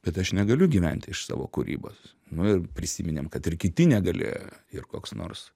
bet aš negaliu gyventi iš savo kūrybos nu ir prisiminėm kad ir kiti negalėjo ir koks nors